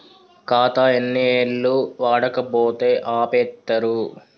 ఖాతా ఎన్ని ఏళ్లు వాడకపోతే ఆపేత్తరు?